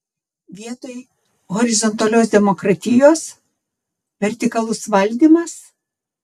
vietoj horizontalios demokratijos vertikalus valdymas